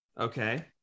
Okay